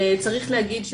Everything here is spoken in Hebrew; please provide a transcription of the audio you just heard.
צריך להגיד,